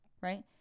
right